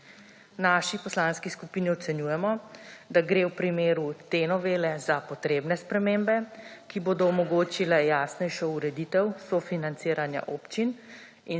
naši poslanski skupini ocenjujemo, da gre v primeru te novele za potrebne spremembe, ki bodo omogočile jasnejšo ureditev sofinanciranja občin